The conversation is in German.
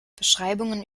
beschreibungen